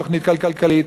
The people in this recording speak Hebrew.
תוכנית כלכלית.